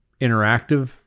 interactive